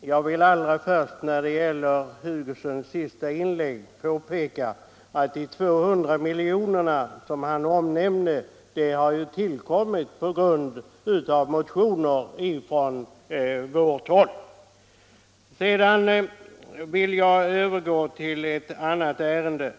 Jag vill allra först när det gäller herr Hugossons senaste inlägg påpeka att de 200 milj.kr. som han omnämnde har tillkommit med anledning av motioner från vårt håll. Sedan vill jag övergå till ett annat ärende.